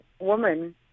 woman